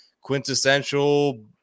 quintessential